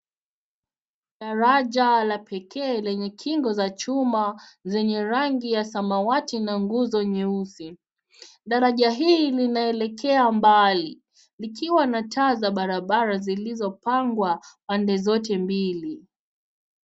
Daraja la pekee lenye kingo za chuma zenye rangi ya samawati na nguzo nyeusi. Daraja hii inaelekea mbali likiwa na taa za barabara zilizopangwa pande zote mbili.